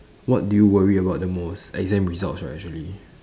what do you worry about the most exam results right actually